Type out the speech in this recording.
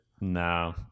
no